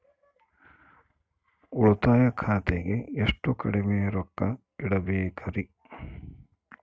ಉಳಿತಾಯ ಖಾತೆಗೆ ಎಷ್ಟು ಕಡಿಮೆ ರೊಕ್ಕ ಇಡಬೇಕರಿ?